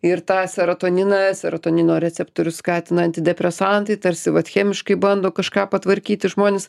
ir tą serotoniną serotonino receptorius skatina antidepresantai tarsi vat chemiškai bando kažką patvarkyti žmonės